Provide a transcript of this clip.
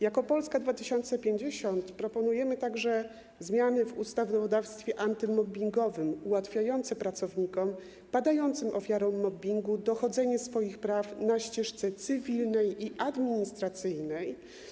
Jako Polska 2050 proponujemy także zmiany w ustawodawstwie antymobbingowym ułatwiające pracownikom padającym ofiarą mobbingu dochodzenie swoich praw na ścieżce cywilnej i administracyjnej.